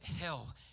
hell